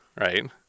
right